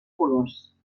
colors